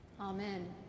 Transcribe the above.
Amen